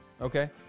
Okay